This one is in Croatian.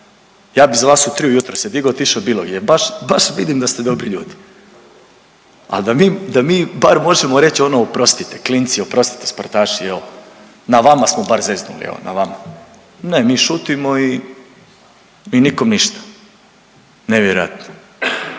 Ja bi za vas u 3 ujutro se digao i otišao bilo gdje, baš, baš vidim da ste dobri ljudi. Ali da mi, da mi bar možemo reći ono oprostite, klinici oprostite, sportaši evo na vam smo bar zeznuli, evo na vama. Ne, mi šutimo i nikom ništa. Nevjerojatno,